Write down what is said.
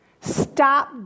Stop